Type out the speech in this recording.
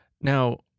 Now